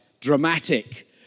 dramatic